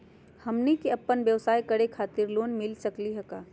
हमनी क अपन व्यवसाय करै खातिर लोन मिली सकली का हो?